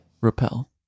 Repel